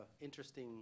interesting